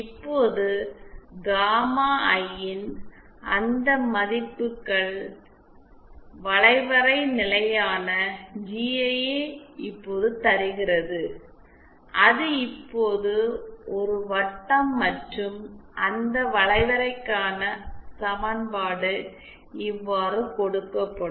இப்போது காமா ஐ ன் அந்த மதிப்புகள் வளைவரை நிலையான ஜிஐ யை இப்போது தருகிறது அது இப்போது ஒரு வட்டம் மற்றும் அந்த வளைவரைக்கான சமன்பாடு இவ்வாறு கொடுக்கப்படும்